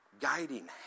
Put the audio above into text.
guiding